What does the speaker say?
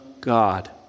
God